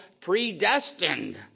predestined